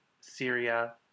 Syria